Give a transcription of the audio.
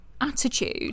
attitude